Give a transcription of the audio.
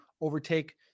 overtake